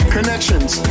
Connections